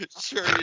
Sure